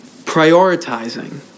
Prioritizing